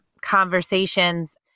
conversations